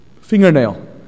fingernail